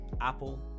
Apple